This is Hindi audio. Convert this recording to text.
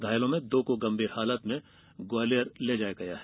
घायलों में दो को गंभीर हालत में ग्वालियर ले जाया गया है